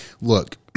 Look